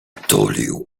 tulił